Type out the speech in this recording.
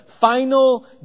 final